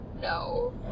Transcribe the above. no